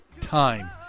time